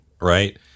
right